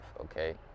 okay